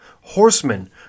horsemen